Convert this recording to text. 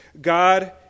God